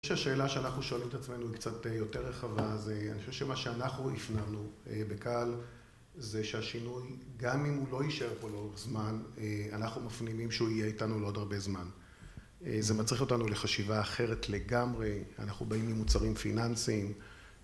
אני חושב שהשאלה שאנחנו שואלים את עצמנו היא קצת יותר רחבה. זה, אני חושב שמה שאנחנו הפנמנו ב-CAL זה שהשינוי, גם אם הוא לא יישאר פה לאורך זמן, אנחנו מפנימים שהוא יהיה איתנו לעוד הרבה זמן. זה מצריך אותנו לחשיבה אחרת לגמרי, אנחנו באים ממוצרים פיננסיים